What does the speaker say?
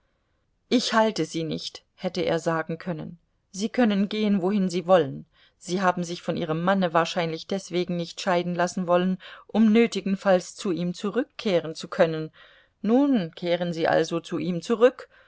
ich halte sie nicht hätte er sagen können sie können gehen wohin sie wollen sie haben sich von ihrem manne wahrscheinlich deswegen nicht scheiden lassen wollen um nötigenfalls zu ihm zurückkehren zu können nun kehren sie also zu ihm zurück